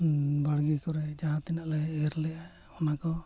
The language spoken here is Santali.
ᱵᱟᱲᱜᱮ ᱠᱚᱨᱮ ᱡᱟᱦᱟᱸ ᱛᱤᱱᱟᱹᱜ ᱞᱮ ᱮᱨ ᱞᱮᱜᱼᱟ ᱚᱱᱟ ᱠᱚ